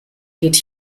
geht